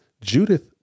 Judith